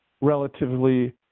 relatively –